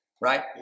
right